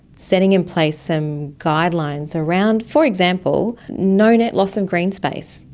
setting in place some guidelines around, for example, no net loss of green space,